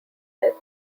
death